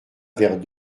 vers